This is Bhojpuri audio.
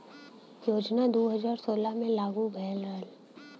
योजना दू हज़ार सोलह मे लागू भयल रहल